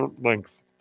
length